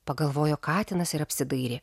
pagalvojo katinas ir apsidairė